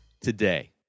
today